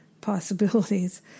possibilities